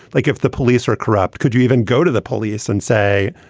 like if the police are corrupt, could you even go to the police and say,